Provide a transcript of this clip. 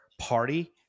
party